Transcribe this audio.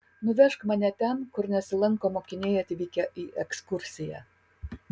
nuvežk mane ten kur nesilanko mokiniai atvykę į ekskursiją